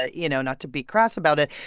ah you know, not to be crass about it.